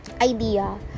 idea